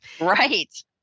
Right